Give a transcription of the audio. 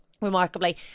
Remarkably